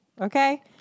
Okay